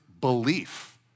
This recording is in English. belief